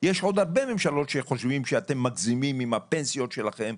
יש עוד הרבה ממשלות שחושבים שאתם מגזימים עם הפנסיות שלכם.